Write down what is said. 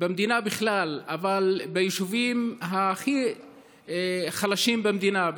במדינה בכלל אבל ביישובים הכי חלשים במדינה,